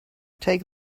take